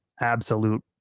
absolute